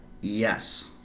yes